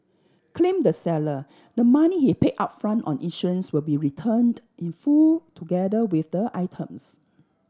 claimed the seller the money he pay upfront on insurance will be returned in full together with the items